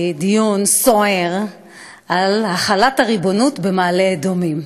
דיון סוער על החלת הריבונות במעלה-אדומים.